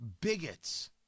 Bigots